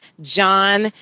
John